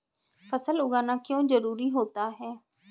फसल उगाना क्यों जरूरी होता है?